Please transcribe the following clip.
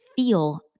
feel